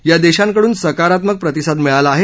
या देशांकडून सकारात्मक प्रतिसाद मिळाला आहे